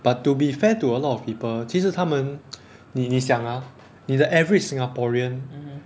but to be fair to a lot of people 其实他们你你想 ah 你的 the average singaporean